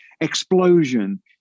explosion